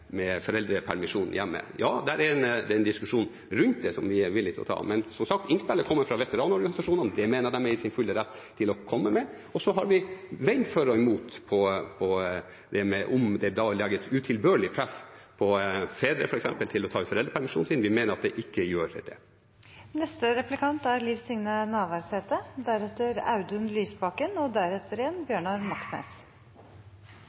hjemme. Ja, det er en diskusjon rundt dette, som vi er villige til å ta, men innspillet kom som sagt fra veteranorganisasjonene. Det mener jeg at de er i sin fulle rett til å komme med. Vi har veid for og imot med hensyn til om det legger et utilbørlig press på f.eks. fedre til å ta ut foreldrepermisjon. Vi mener at det ikke gjør det. Eg veit ikkje om eg vart så mykje klokare av svaret frå forsvarsministeren, men iallfall veit me kvar forslaget kom ifrå, og